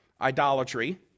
idolatry